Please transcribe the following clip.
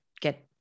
get